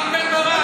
רם בן-ברק.